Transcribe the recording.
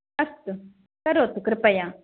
अस्तु करोतु कृपया